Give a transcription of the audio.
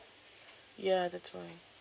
ya that's why